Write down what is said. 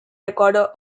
recorder